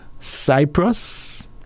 Cyprus